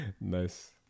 Nice